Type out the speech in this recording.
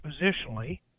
positionally